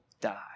die